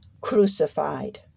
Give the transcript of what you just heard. crucified